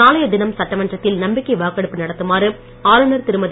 நாளைய தினம் சட்டமன்றத்தில் நம்பிக்கை வாக்கெடுப்பு நடத்துமாறு ஆளுநர் திருமதி